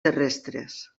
terrestres